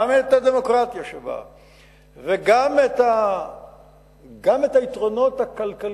גם את הדמוקרטיה שבה וגם את היתרונות הכלכליים,